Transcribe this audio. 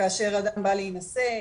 כאשר אדם בא להינשא,